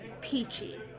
Peachy